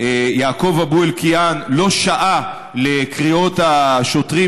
יעקוב אבו אלקיעאן לא שעה לקריאות השוטרים